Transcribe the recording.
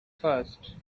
first